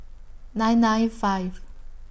nine nine five